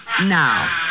now